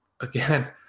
again